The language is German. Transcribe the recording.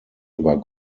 über